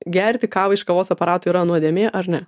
gerti kavą iš kavos aparato yra nuodėmė ar ne